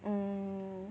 oh